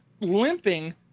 limping